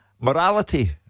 Morality